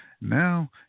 Now